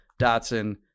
Dotson